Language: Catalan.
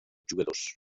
jugadors